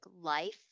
life